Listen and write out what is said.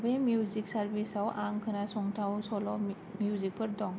बबे मिउजिक सारभिसाव आं खोनासंथाव सल' मिउ मिउजिकफोर दं